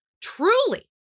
truly